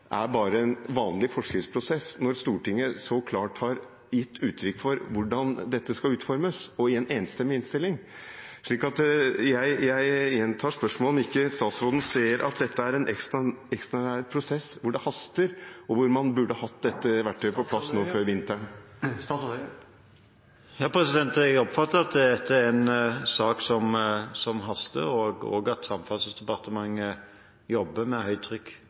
vanlig forskriftsprosess når Stortinget så klart har gitt uttrykk for hvordan dette skal utformes – og i en enstemmig innstilling. Så jeg gjentar spørsmålet: Ser ikke statsråden at dette er en ekstraordinær prosess, som haster, og at man burde hatt dette verktøyet på plass nå før vinteren? Jeg oppfatter at det er en sak som haster, og at Samferdselsdepartementet jobber under høytrykk med